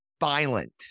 violent